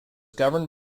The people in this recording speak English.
governed